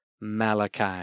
Malachi